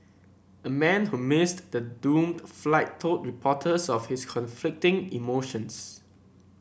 a man who missed the doomed flight told reporters of his conflicting emotions